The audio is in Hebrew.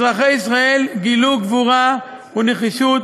אזרחי ישראל גילו גבורה ונחישות